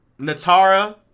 Natara